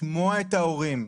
לשמוע את ההורים,